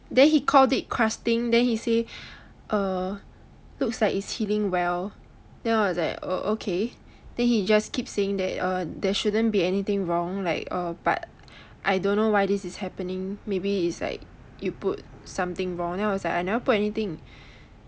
then he called it crusting then he say err looks like it's healing well then I was like oh okay then he just keep saying that uh there shouldn't be anything wrong but I don't know why this happening maybe it's like you put something wrong then I was like I never put anything